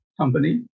Company